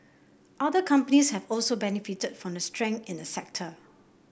other companies have also benefited from the strength in the sector